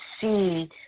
see